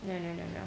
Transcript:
no no no no